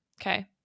Okay